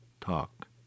talk